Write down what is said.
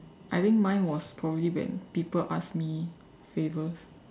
I think mine was probably when people ask me favors